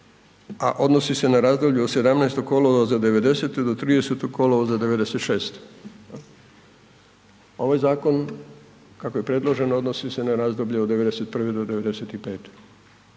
a odnosi se na razdoblje od 17. kolovoza do '90. do 30. kolovoza '96. Ovaj zakon, kako je predložen odnosi se na razdoblje od '91.-'95.